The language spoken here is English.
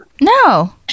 No